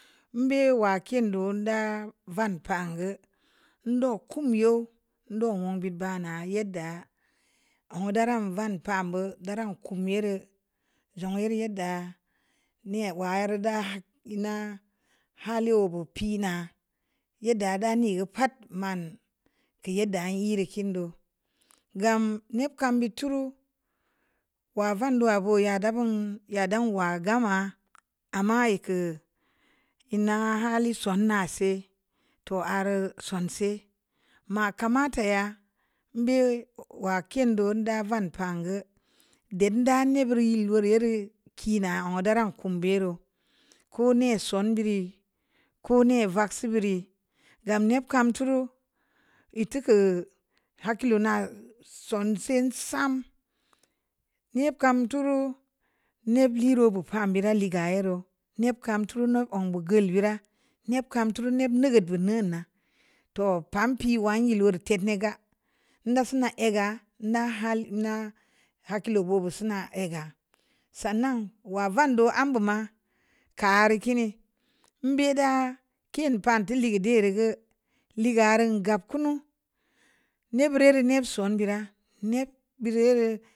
Əm be’ wa kiin do’ da'a van pan gə ndo’ kum yu ndo’ wunə bii bana yedda o’ dara van pa bo'o dara kum ye reu jou'n yereu ye'd da neh waru da hak hna, hali bo'o pina'a yedda da nii gə pa'at mawa’ kii yedda nye’ rii kin do gam ne’ kam bi turu wavan du'a boya da bun ŋ ya don wa gama ama yekə ina hali sona'a se’ to'o’ har sonse’ maka mata ya mbe’ wa kin do da van pan gə de'd da ne’ biiri leo’ re'ri kii na daran kom be’ reu ko'o’ ne’ son di rii ko'o’ ne’ vaksi birii gam ne’ kam turu itti kə hakkilo na sonsi sa'm ne'p kam turu nbireu bo'o’ pan bira le’ ga ya reu ne'p kam tunu um bu gulu e’ ra ne'p kam turu ne’ ngəb bun na too’ pan pi wa ye loreutet ne’ ga nda suna aga na hal na hakilo booboo sura gə sannan wa vando am buma kar kii nii mbe’ da kin pa to'o’ lee’ duri ga’ le ga rae'n gaap kunu ne’ bureu ri nip san be’ ra nep bure’ reu.